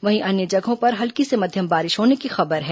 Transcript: वहीं अन्य जगहों पर हल्की से मध्यम बारिश होने की खबर है